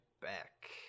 back